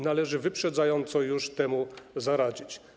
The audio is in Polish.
Należy wyprzedzająco temu zaradzić.